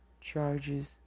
charges